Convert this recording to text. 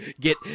get